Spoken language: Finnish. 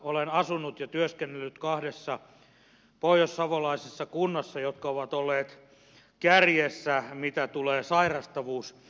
olen asunut ja työskennellyt kahdessa pohjoissavolaisessa kunnassa jotka ovat olleet kärjessä mitä tulee sairastavuusindeksiin